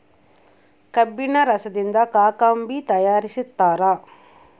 ಕಬ್ಬಿಣ ರಸದಿಂದ ಕಾಕಂಬಿ ತಯಾರಿಸ್ತಾರ